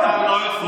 הכול.